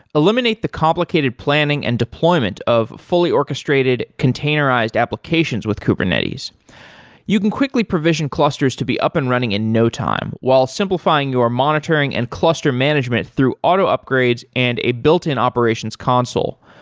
eliminate the complicated planning and deployment of fully orchestrated containerized applications with kubernetes you can quickly provision clusters to be up and running in no time, while simplifying your monitoring and cluster management through auto upgrades and a built-in operations console.